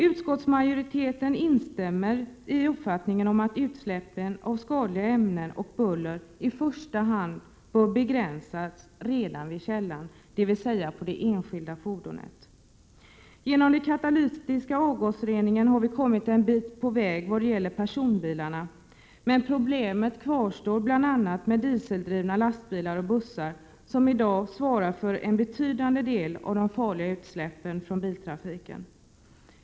Utskottsmajoriteten instämmer i uppfattningen att buller och utsläpp av skadliga ämnen i första hand bör begränsas redan vid källan, dvs. på det enskilda fordonet. Genom den katalytiska avgasreningen har vi kommit en bit på väg vad gäller personbilarna, men problemet kvarstår hos bl.a. dieseldrivna lastbilar och bussar, som i dag svarar för en betydande del av de farliga utsläppen från biltrafiken.